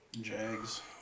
Jags